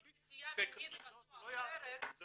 האם נטייה מינית כזו או אחרת זו